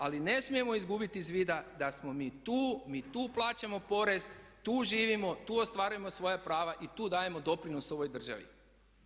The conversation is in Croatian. Ali ne smijemo izgubiti iz vida da smo mi tu, mi tu plaćamo porez, tu živimo, tu ostvarujemo svoja prava i tu dajemo doprinos svojoj državi.